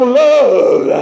love